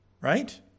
Right